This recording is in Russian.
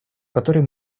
которой